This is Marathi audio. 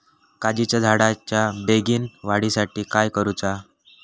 काजीच्या झाडाच्या बेगीन वाढी साठी काय करूचा?